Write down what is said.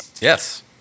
yes